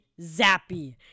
Zappy